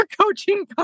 coaching